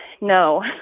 no